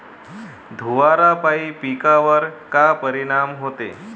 धुवारापाई पिकावर का परीनाम होते?